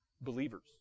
believers